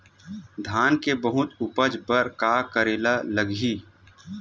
धान के बहुत उपज बर का करेला लगही?